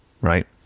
right